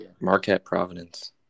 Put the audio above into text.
Marquette-Providence